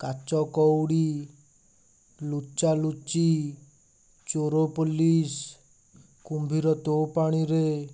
କାଚ କଉଡ଼ି ଲୁଚାଲୁଚି ଚୋର ପୋଲିସ୍ କୁମ୍ଭୀର ତୋ ପାଣିରେ